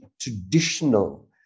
traditional